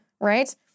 right